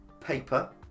paper